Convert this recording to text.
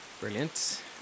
brilliant